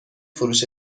فروش